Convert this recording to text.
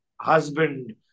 husband